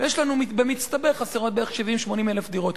ובמצטבר חסרות 70,000 80,000 דירות.